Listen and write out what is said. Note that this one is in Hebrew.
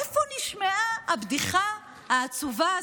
איפה נשמעה הבדיחה העצובה הזאת,